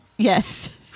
Yes